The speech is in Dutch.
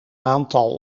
aantal